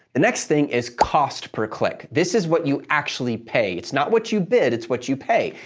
the next thing is cost per click. this is what you actually pay. it's not what you bid, it's what you pay.